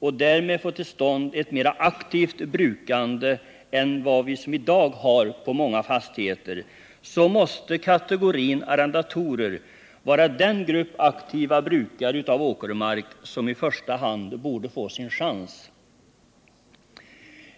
och därmed få till stånd ett mer aktivt brukande än vad som i dag är fallet med många fastigheter, så måste kategorin arrendatorer vara den grupp aktiva brukare av åkermark som i första hand borde få sin chans.